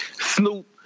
Snoop